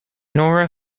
nora